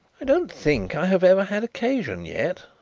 i don't think i have ever had occasion yet,